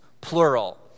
plural